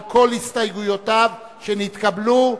על כל הסתייגויותיו שנתקבלו,